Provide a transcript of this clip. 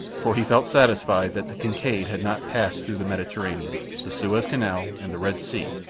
for he felt satisfied that the kincaid had not passed through the mediterranean, the suez canal, and the red sea,